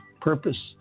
purpose